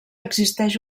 existeix